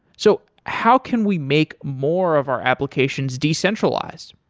so how can we make more of our applications decentralized?